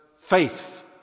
faith